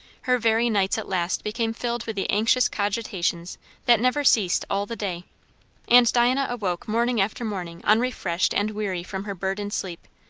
her very nights at last became filled with the anxious cogitations that never ceased all the day and diana awoke morning after morning unrefreshed and weary from her burdened sleep,